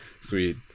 sweet